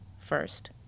first